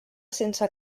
sense